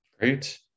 Great